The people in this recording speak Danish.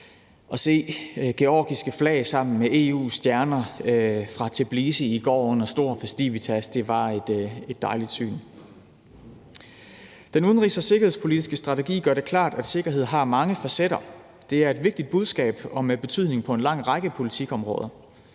At se georgiske flag sammen med EU's stjerner på billeder sendt fra Tblisi i går under stor festivitas var et dejligt syn. Den udenrigs- og sikkerhedspolitiske strategi gør det klart, at sikkerhed har mange facetter. Det er et vigtigt budskab og med betydning på en lang række politikområder.